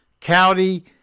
County